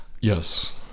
Yes